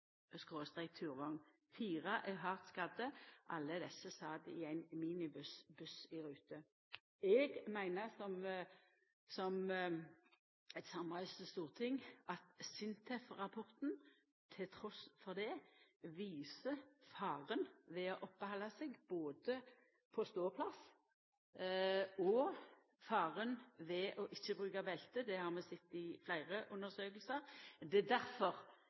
annan buss/turvogn. Fire er hardt skadde. Alle desse sat i ein minibuss/buss i rute. Eg meiner, som eit samrøystes storting, at trass i dette, viser SINTEF-rapporten både faren ved å opphalda seg på ståplass og faren ved å ikkje bruka belte. Det har vi sett i fleire undersøkingar, og det er